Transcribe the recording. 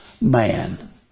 man